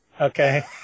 Okay